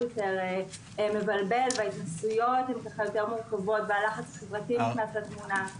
יותר מבלבל וההתנסויות יותר מורכב והלחץ החברתי נכנס לתמונה.